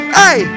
hey